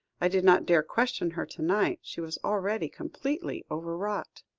i did not dare question her to-night, she was already completely overwrought.